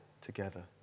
together